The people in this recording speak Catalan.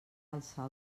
alçar